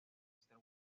visitar